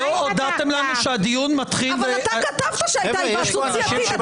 לא הודעתם לנו שהדיון מתחיל --- אבל אתה כתבת שהייתה היוועצות סיעתית.